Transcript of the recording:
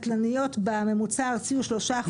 בממוצע הארצי הוא 3%,